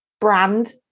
brand